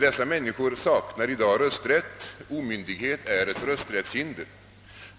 Dessa människor saknar i dag rösträtt; omyndighet utgör rösträttshinder.